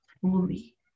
fully